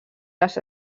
les